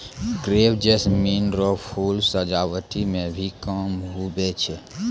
crepe jasmine रो फूल सजावटी मे भी काम हुवै छै